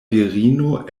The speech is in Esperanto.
virino